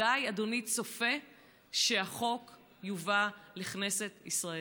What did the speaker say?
מתי אדוני צופה שהחוק יובא לכנסת ישראל?